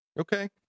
Okay